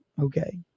Okay